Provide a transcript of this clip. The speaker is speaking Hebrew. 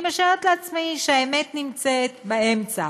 אני משערת לעצמי שהאמת נמצאת באמצע,